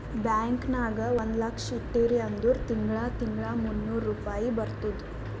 bank ನಾಗ್ ಒಂದ್ ಲಕ್ಷ ಇಟ್ಟಿರಿ ಅಂದುರ್ ತಿಂಗಳಾ ತಿಂಗಳಾ ಮೂನ್ನೂರ್ ರುಪಾಯಿ ಬರ್ತುದ್